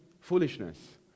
foolishness